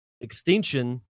Extinction